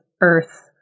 earth